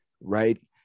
right